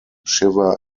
shiver